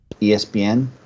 ESPN